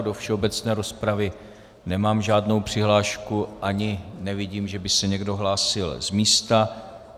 Do všeobecné rozpravy nemám žádnou přihlášku ani nevidím, že by se někdo hlásil z místa.